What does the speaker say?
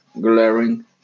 glaring